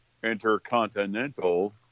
Intercontinental